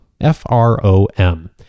F-R-O-M